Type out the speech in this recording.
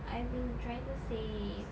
I've been trying to save